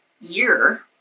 year